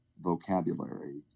vocabulary